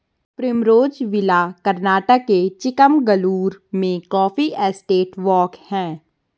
Primrose villa Karnataka के चिकमगलूर में coffee estate walk हैं